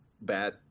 bad